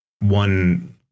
one